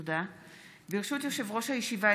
ברשות יושב-ראש הישיבה,